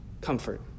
comfort